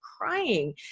crying